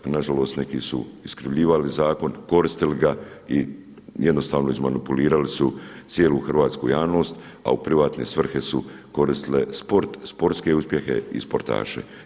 A nažalost neki su i iskrivljivali zakon, koristili ga i jednostavno izmanipulirali su cijelu Hrvatsku javnost a u privatne svrhe su koristile sport, sportske uspjehe i sportaše.